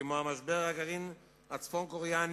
כמו משבר הגרעין הצפון-קוריאני,